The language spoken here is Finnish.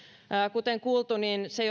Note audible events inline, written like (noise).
kuten on kuultu se (unintelligible)